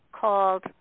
called